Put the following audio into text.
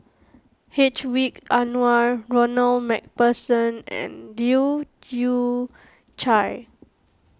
Hedwig Anuar Ronald MacPherson and Leu Yew Chye